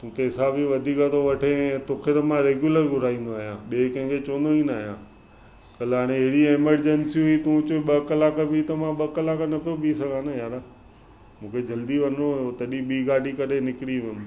तू पेसा बि वधीक थो वठे तोखे त मां रेग्यूलर घुराईंदो आहियां ॿिए कंहिंखे चवंदो बि न आहिंयां कल्ह हाणे अहिड़ी एमरजंसी हुई तू चयो ॿ कलाकु बि त मां ॿ कलाकु न पियो बिहु सघां न यारा मूंखे जल्दी वञिणो हुयो तॾहिं ॿी ॻाॾी करे निकिरी वियुमि